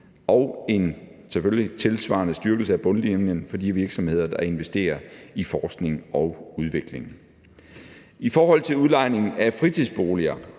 en tilsvarende styrkelse af bundlinjen for de virksomheder, der investerer i forskning og udvikling. I forhold til udlejning af fritidsboliger